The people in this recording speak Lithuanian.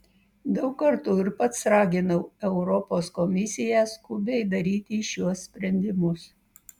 daug kartų ir pats raginau europos komisiją skubiai daryti šiuos sprendimus